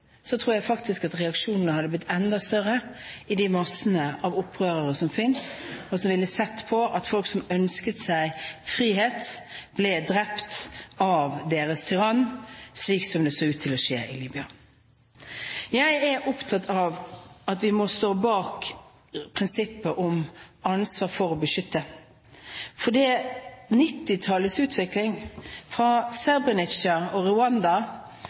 tror jeg faktisk at reaksjonene hadde blitt enda større i opprørsmassene, som ville sett på at folk som ønsket seg frihet, ble drept av deres tyrann, slik som det så ut til i Libya. Jeg er opptatt av at vi må stå bak prinsippet om ansvar for å beskytte, for 1990-tallets utvikling fra Srebrenica og Rwanda til Kosovo viste hvor vanskelig det var å få til denne typen vedtak i FN, og